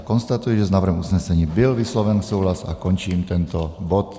Konstatuji, že s návrhem usnesení byl vysloven souhlas, a končím tento bod.